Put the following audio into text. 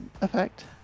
effect